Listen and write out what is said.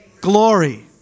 glory